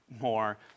more